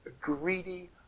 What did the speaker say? greedy